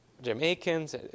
Jamaicans